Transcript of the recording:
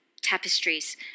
Tapestries